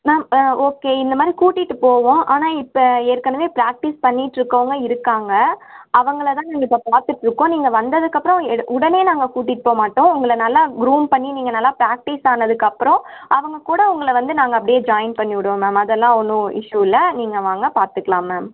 ma'am okay இந்த மாதிரி கூட்டிட்டு போவோம் ஆனால் இப்போ ஏற்கனவே ப்ராக்டிஸ் பண்ணிக்கிட்ருக்கவங்க இருக்காங்க அவங்களை தான் இப்போ பாத்துட்டுருக்கோம் நீங்கள் வந்ததுக்கப்பறம் உடனே நாங்கள் கூட்டிட்டு போக மாட்டோம் உங்களை நல்லா குரூம் பண்ணி நீங்கள் நல்லா ப்ராக்டிஸ் ஆனதுக்கப்பறம் அவங்க கூட உங்களை வந்து நாங்கள் அப்டியே ஜாயின் பண்ணி விடுவோம் மேம் அதெல்லாம் ஒன்றும் இஸ்யூ இல்லை நீங்கள் வாங்க பார்த்துக்கலாம் மேம்